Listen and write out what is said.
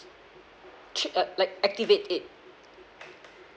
chit uh like activate it